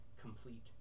complete